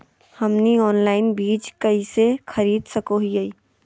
हमनी ऑनलाइन बीज कइसे खरीद सको हीयइ?